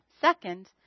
Second